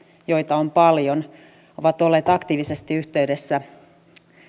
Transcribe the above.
joita on paljon ovat olleet aktiivisesti yhteydessä